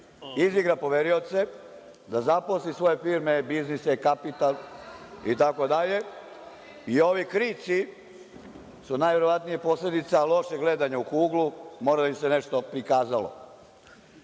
izigra poverioce, da zaposle svoje firme, biznise, kapital itd. i ovi krici su najverovatnije posledica lošeg gledanja u kuglu, možda im se nešto prikazalo. Ne